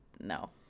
No